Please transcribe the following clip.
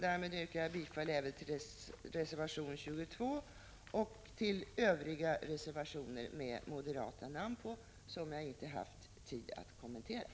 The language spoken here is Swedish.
Därmed yrkar jag bifall till reservation 22 och till övriga reservationer med moderata namn på, som jag inte haft tid att kommentera.